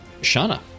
Shana